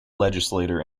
legislator